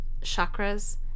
chakras